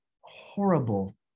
horrible